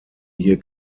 hier